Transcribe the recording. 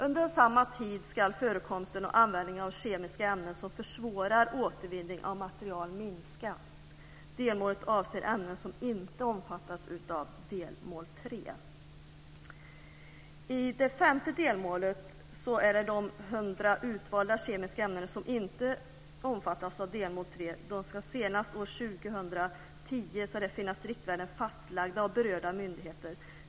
Under samma tid ska förekomsten och användningen av kemiska ämnen som försvårar återvinning av material minska. Delmålet avser ämnen som inte omfattas av delmål 3. senast år 2010 finnas riktvärden fastlagda av berörda myndigheter.